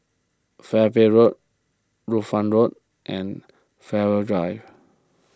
Road Road and Fairways Drive